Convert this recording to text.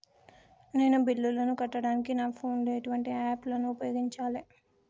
నేను బిల్లులను కట్టడానికి నా ఫోన్ లో ఎటువంటి యాప్ లను ఉపయోగించాలే?